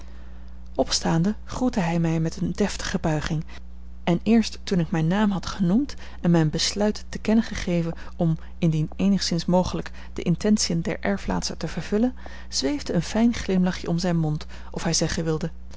opstaande groette hij mij met eene deftige buiging en eerst toen ik mijn naam had genoemd en mijn besluit had te kennen gegeven om indien eenigszins mogelijk de intentiën der erflaatster te vervullen zweefde een fijn glimlachje om zijn mond of hij zeggen wilde